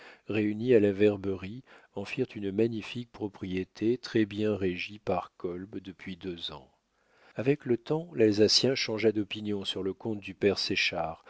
réunis à la verberie en firent une magnifique propriété très-bien régie par kolb depuis deux ans avec le temps l'alsacien changea d'opinion sur le compte du père